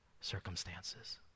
circumstances